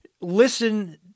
listen